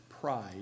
pride